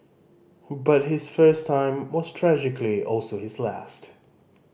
but his first time was tragically also his last